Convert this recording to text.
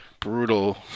brutal